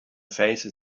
faces